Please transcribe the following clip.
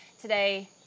today